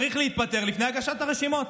צריך להתפטר לפני הגשת הרשימות.